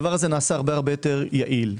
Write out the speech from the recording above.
זה נעשה הרבה יותר יעיל.